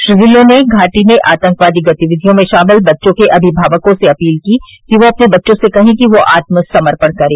श्री ढिल्लों ने घाटी में आतंकवादी गतिविधियों में शामिल बच्चों के अभिभावकों से अपील की कि वे अपने बच्चों से कहें कि वे आत्मसमर्पण करें